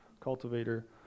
cultivator